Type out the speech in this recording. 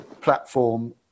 platform